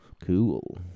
Cool